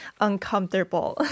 uncomfortable